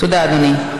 תודה, אדוני.